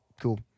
Cool